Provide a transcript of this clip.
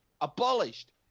Abolished